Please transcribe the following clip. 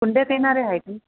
कुंड्यात येणारे आहेत